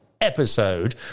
Episode